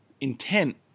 intent